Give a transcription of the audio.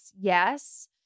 yes